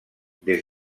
des